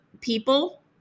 people